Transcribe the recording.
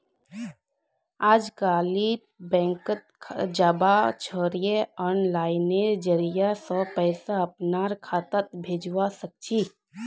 अजकालित बैंकत जबा छोरे आनलाइनेर जरिय स पैसा अपनार खातात भेजवा सके छी